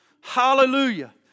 Hallelujah